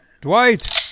Dwight